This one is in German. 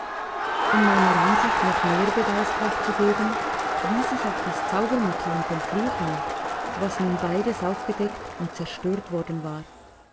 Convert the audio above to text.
um meiner ansicht noch mehr beweiskraft zu geben wies ich auf das zaubermittel und den fluch hin was nun beides aufgedeckt und zerstört worden war